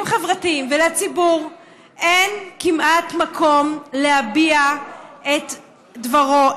חברתיים ולציבור אין כמעט מקום להביע את דברו.